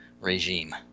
regime